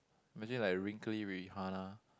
imagine like wrinkly Rihanna